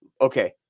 okay